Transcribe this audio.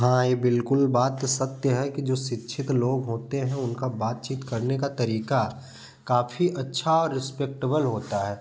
हाँ ये बिल्कुल बात सत्य है कि जो शिक्षित लोग होते हैं उनका बातचीत करने का तरीका काफ़ी अच्छा और रीस्पेक्टबल होता है